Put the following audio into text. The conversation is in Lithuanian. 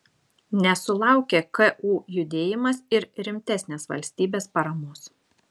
nesulaukė ku judėjimas ir rimtesnės valstybės paramos